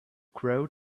crow